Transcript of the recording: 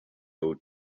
old